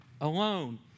Alone